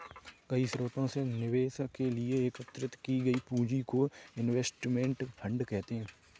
कई स्रोतों से निवेश के लिए एकत्रित की गई पूंजी को इनवेस्टमेंट फंड कहते हैं